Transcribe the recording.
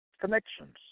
Connections